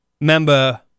member